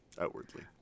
Outwardly